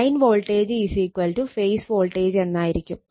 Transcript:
line voltage phase voltage ആയിരിക്കും